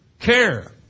Care